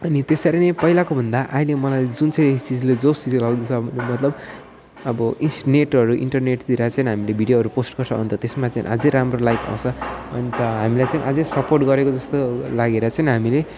अनि त्यसरी नै पहिलाको भन्दा अहिले मलाई जुन चाहिँ चिजले जोस् दिलाउँदैछ अब मतलब अब इसनेटहरू इन्टरनेटतिर चाहिँ हामीले भिडियोहरू पोस्ट गर्छौँ अन्त त्यसमा चाहिँ अझै राम्रो लाइक आउँछ अन्त हामीलाई चाहिँ अझै सपोर्ट गरेको जस्तो लागेर चाहिँ हामीले